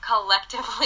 collectively